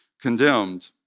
condemned